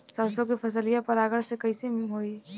सरसो के फसलिया परागण से कईसे होई?